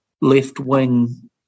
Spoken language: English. left-wing